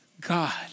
God